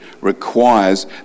requires